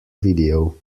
video